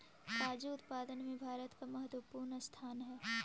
काजू उत्पादन में भारत का महत्वपूर्ण स्थान हई